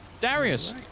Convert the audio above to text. Darius